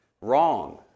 wrong